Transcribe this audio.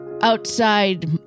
outside